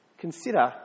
consider